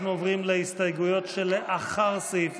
אנחנו עוברים להסתייגויות שלאחר סעיף